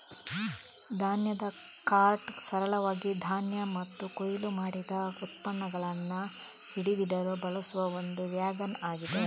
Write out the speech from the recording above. ಧಾನ್ಯದ ಕಾರ್ಟ್ ಸರಳವಾಗಿ ಧಾನ್ಯ ಮತ್ತು ಕೊಯ್ಲು ಮಾಡಿದ ಉತ್ಪನ್ನಗಳನ್ನ ಹಿಡಿದಿಡಲು ಬಳಸುವ ಒಂದು ವ್ಯಾಗನ್ ಆಗಿದೆ